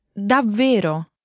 davvero